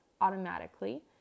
automatically